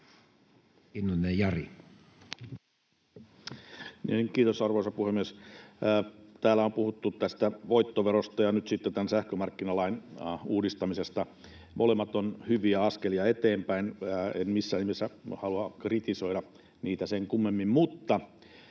Kiitos, arvoisa puhemies! Täällä on puhuttu tästä voittoverosta ja nyt sitten tämän sähkömarkkinalain uudistamisesta. Molemmat ovat hyviä askelia eteenpäin, en missään nimessä halua kritisoida niitä sen kummemmin.